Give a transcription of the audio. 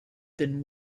been